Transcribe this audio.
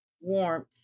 warmth